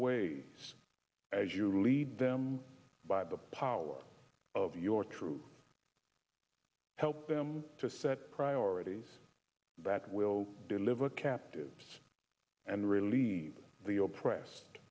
way as you lead them by the power of your truth help them to set priorities that will deliver captives and relieve the oppressed